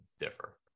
differ